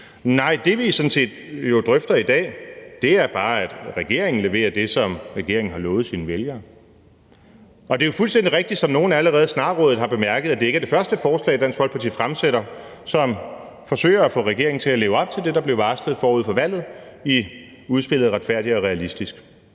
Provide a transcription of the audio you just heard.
nej. Det, vi sådan set jo drøfter i dag, er bare, at regeringen leverer det, som regeringen har lovet sine vælgere. Og det er jo fuldstændig rigtigt, som nogen allerede snarrådigt har bemærket, at det ikke er det første forslag, Dansk Folkeparti fremsætter, som forsøger at få regeringen til at leve op til det, der blev varslet forud for valget i udspillet »Retfærdig og Realistisk«.